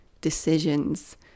decisions